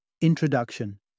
Introduction